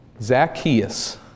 Zacchaeus